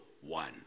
one